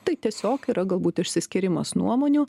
tai tiesiog yra galbūt išsiskyrimas nuomonių